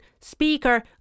speaker